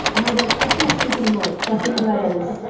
and i was like, i can't take any more fuckin' letters.